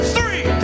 Three